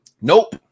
Nope